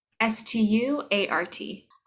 S-T-U-A-R-T